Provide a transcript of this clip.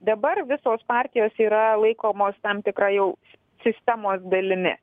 dabar visos partijos yra laikomos tam tikra jau sistemos dalimi